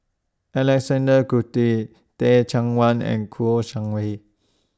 Alexander Guthrie Teh Cheang Wan and Kouo Shang Wei